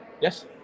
yes